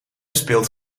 speelt